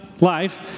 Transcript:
life